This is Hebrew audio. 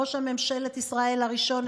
ראש ממשלת ישראל הראשון,